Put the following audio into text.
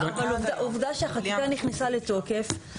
אבל עובדה שהחקיקה נכנסה לתוקף.